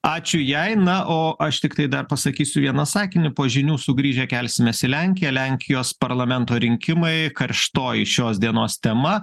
ačiū jai na o aš tiktai dar pasakysiu vieną sakinį po žinių sugrįžę kelsimės į lenkiją lenkijos parlamento rinkimai karštoji šios dienos tema